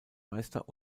meister